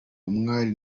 umwali